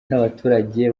n’abaturage